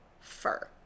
fur